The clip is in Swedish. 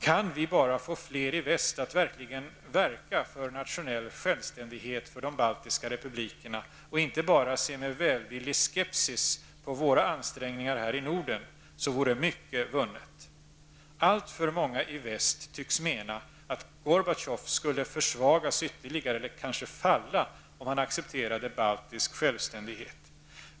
Kan vi bara få fler i väst att verkligen verka för nationell självständighet för de baltiska republikerna och inte bara se med välvillig skepsis på våra ansträngningar här i Norden, så vore mycket vunnet. Alltför många i väst tycks mena att Gorbatjov skulle försvagas ytterligare eller kanske falla om han accepterade baltisk självständighet.